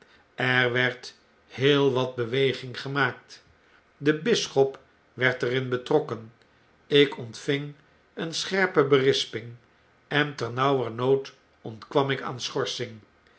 er werd heel wat beweginggemaakt debisschop werd er in betrokken ik ontving een scherpe berisping en ternauwernood ontkwam ik aan schorsing